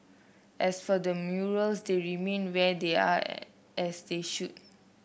as for the murals they remain where they are as they should